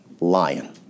lion